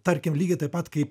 tarkim lygiai taip pat kaip